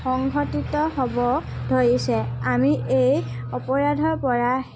সংঘটিত হ'ব ধৰিছে আমি এই অপৰাধৰ পৰা